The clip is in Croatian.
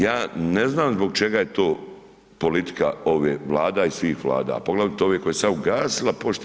Ja ne znam zbog čega je to politika ove Vlade i svih Vlada a poglavito ove koje je sad ugasila pošte.